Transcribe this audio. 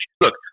look